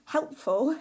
Helpful